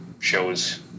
shows